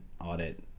audit